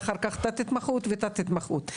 ואחר כך תת התמחות ותת התמחות.